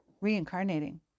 reincarnating